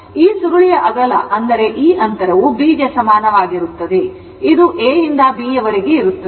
ಆದ್ದರಿಂದ ಈ ಸುರುಳಿಯ ಅಗಲ ಅಂದರೆ ಈ ಅಂತರವು B ಗೆ ಸಮಾನವಾಗಿರುತ್ತದೆ ಇದು A ಇಂದ B ವರೆಗೆ ಇರುತ್ತದೆ